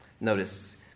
Notice